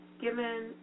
Given